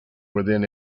within